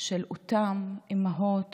של אותם אימהות